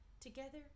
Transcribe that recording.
Together